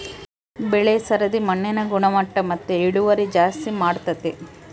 ಬೆಳೆ ಸರದಿ ಮಣ್ಣಿನ ಗುಣಮಟ್ಟ ಮತ್ತೆ ಇಳುವರಿ ಜಾಸ್ತಿ ಮಾಡ್ತತೆ